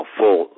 full